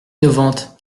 innovantes